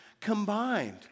combined